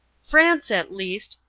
france at least,